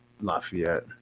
Lafayette